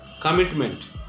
Commitment